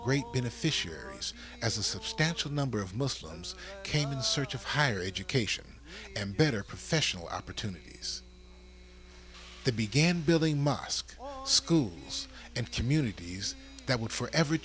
great beneficiaries as a substantial number of muslims came in search of higher education and better professional opportunities the began building mosques schools and communities that would for ever